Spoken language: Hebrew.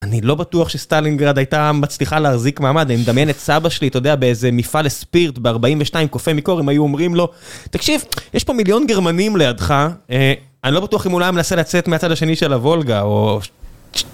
אני לא בטוח שסטלינגרד הייתה מצליחה להחזיק מעמד, אני מדמיין את סבא שלי, אתה יודע, באיזה מפעל אספירט, ב-42 קופא מקור, אם היו אומרים לו, תקשיב, יש פה מיליון גרמנים לידך, אני לא בטוח אם אולי הם נסה לצאת מהצד השני של הוולגה, או...